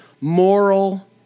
moral